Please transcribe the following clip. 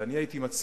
ואני הייתי מציע,